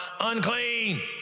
unclean